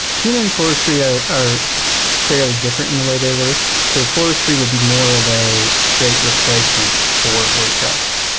tina and forestry are are fairly different in the way they work. so forestry would be more of a straight replacement for wordpress.